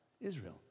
Israel